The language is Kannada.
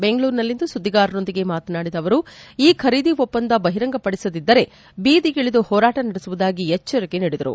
ಬೆಂಗಳೂರಿನಲ್ಲಿಂದು ಸುದ್ದಿಗಾರರೊಂದಿಗೆ ಮಾತನಾಡಿದ ಅವರು ಈ ಖರೀದಿ ಒಪ್ಪಂದ ಬಹಿರಂಗ ಪಡಿಸದಿದ್ದರೆ ಬೀದಿಗಿಳಿದು ಹೋರಾಟ ನಡೆಸುವುದಾಗಿ ಎಚ್ಚರಿಕೆ ನೀಡಿದರು